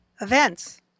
events